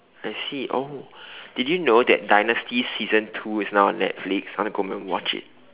I see oh did you know that dynasty season two is now on Netflix I want to go home and watch it